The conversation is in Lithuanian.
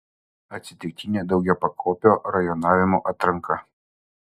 atsitiktinė daugiapakopio rajonavimo atranka